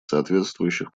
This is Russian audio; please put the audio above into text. соответствующих